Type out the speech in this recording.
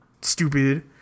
stupid